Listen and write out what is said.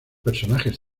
personajes